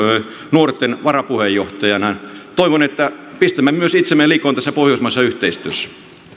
nuorten varapuheenjohtajana toivon että pistämme myös itsemme likoon tässä pohjoismaisessa yhteistyössä